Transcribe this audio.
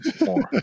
more